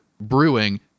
Brewing